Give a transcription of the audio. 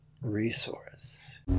resource